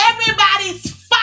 Everybody's